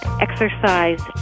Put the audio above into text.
exercise